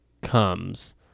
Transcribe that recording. comes